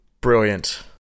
Brilliant